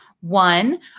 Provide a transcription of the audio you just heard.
One